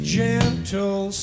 gentle